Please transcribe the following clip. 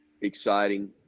exciting